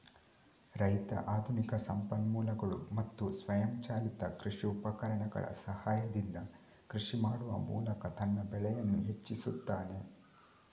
ರೈತ ಆಧುನಿಕ ಸಂಪನ್ಮೂಲಗಳು ಮತ್ತು ಸ್ವಯಂಚಾಲಿತ ಕೃಷಿ ಉಪಕರಣಗಳ ಸಹಾಯದಿಂದ ಕೃಷಿ ಮಾಡುವ ಮೂಲಕ ತನ್ನ ಬೆಳೆಯನ್ನು ಹೆಚ್ಚಿಸುತ್ತಾನೆ